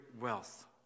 wealth